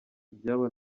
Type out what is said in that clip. ibyabo